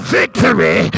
victory